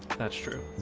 that's true.